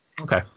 Okay